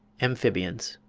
amphibians.